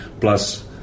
plus